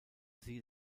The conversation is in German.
sie